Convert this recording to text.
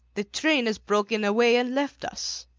the train has broken away and left us!